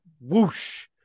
whoosh